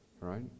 right